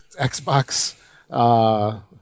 Xbox